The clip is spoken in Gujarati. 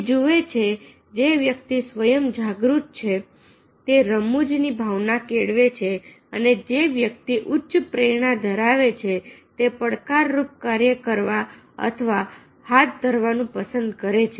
તે જુએ છે જે વ્યક્તિ સ્વયં જાગૃત છેતે રમુજ ની ભાવના કેળવે છે અને જે વ્યક્તિ ઉચ્ચ પ્રેરણા ધરાવે છે તે પડકારરૂપ કાર્ય કરવા અથવા હાથ ધરવાનું પસંદ કરે છે